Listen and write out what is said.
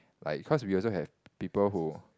like cause we also have people who